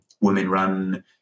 women-run